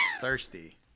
thirsty